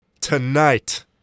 Tonight